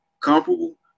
comparable